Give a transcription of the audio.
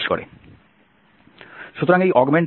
সুতরাং এই augmented matrix A